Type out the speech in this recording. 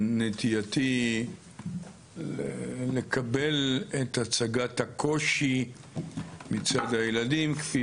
נטייתי לקבל את הצגת הקושי מצד הילדים, כפי